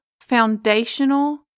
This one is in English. foundational